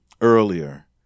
earlier